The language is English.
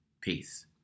Peace